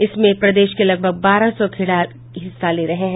इसमें प्रदेश के लगभग बारह सौ खिलाड़ी हिस्सा ले रहे हैं